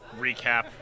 recap